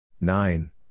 Nine